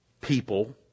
people